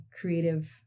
creative